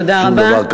תודה רבה.